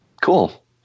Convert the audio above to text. Cool